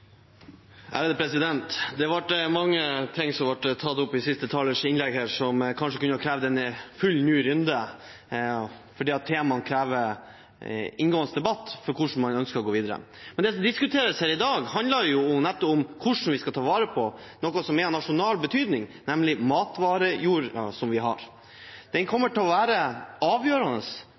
Det var mange ting som ble tatt opp i siste talers innlegg, som kanskje kunne krevd en full ny runde, for temaene krever inngående debatt om hvordan man ønsker å gå videre. Men det som diskuteres her i dag, handler om hvordan vi skal ta vare på noe som er av nasjonal betydning, nemlig matjorda. Framover kommer det til å være avgjørende